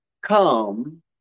come